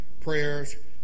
prayers